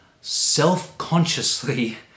self-consciously